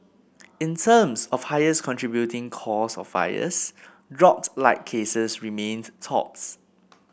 in terms of highest contributing cause of fires dropped light cases remained tops